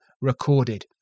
recorded